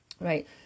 Right